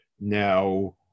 Now